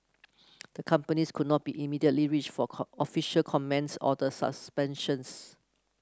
the companies could not be immediately reached for official comment on the suspensions